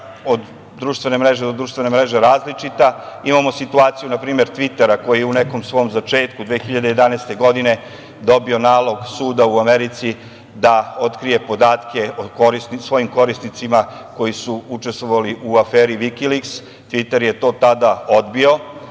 od društvene mreže do društvene mreže različita. Imamo situaciju npr. „Tvitera“ koji je u nekom svom začetku 2011. godine, dobio nalog suda u Americi da otkrije podatke o svojim korisnicima koji su učestvovali u aferi „Vikiliks“. „Tviter“ je to tada odbio,